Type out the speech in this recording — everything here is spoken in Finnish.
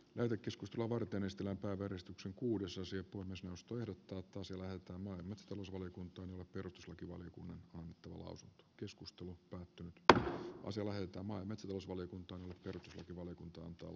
nörkeskustelua varten ystävänpäiväristuksen kuudes ensiapua myös puhemiesneuvosto ehdottaa että asia lähetetään hallintovaliokuntaan jolle perustuslakivaliokunnan on tuohous keskus tuo kaikki mikä on se että maa metsätalousvaliokunta perustuslakivaliokunta antoi